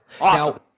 awesome